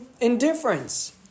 indifference